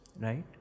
right